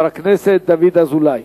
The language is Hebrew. חבר הכנסת דוד אזולאי.